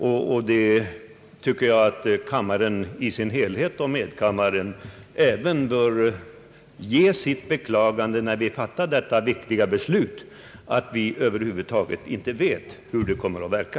När vi fattar detta viktiga beslut tycker jag att kammaren i sin helhet liksom medkammaren bör beklaga att vi över huvud taget inte vet hur det kommer att verka.